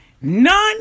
None